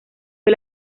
fue